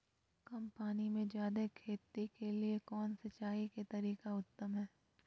कम पानी में जयादे खेती के लिए कौन सिंचाई के तरीका उत्तम है?